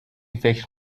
فکر